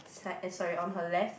sad eh sorry on her left